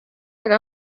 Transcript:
kandi